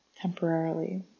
temporarily